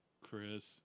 Chris